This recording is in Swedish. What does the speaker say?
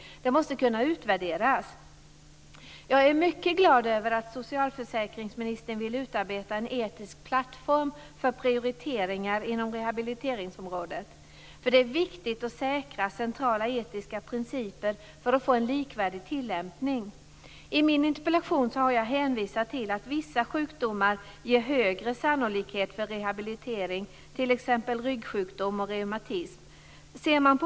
Det måste kunna utvärderas. Jag är mycket glad över att socialförsäkringsministern vill utarbeta en etisk plattform för prioriteringar inom rehabiliteringsområdet. Det är viktigt att säkra centrala etiska principer för att få en likvärdig tillämpning. I min interpellation har jag hänvisat till att vissa sjukdomar ger högre sannolikhet för rehabilitering, t.ex. ryggsjukdom och reumatism.